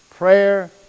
prayer